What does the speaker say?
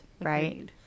right